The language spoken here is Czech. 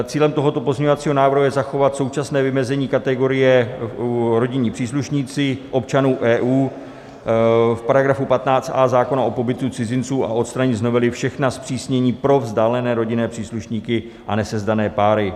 Cílem tohoto pozměňovacího návrhu je zachovat současné vymezení kategorie rodinní příslušníci občanů EU v § 15a zákona o pobytu cizinců a odstranit z novely všechna zpřísnění pro vzdálené rodinné příslušníky a nesezdané páry.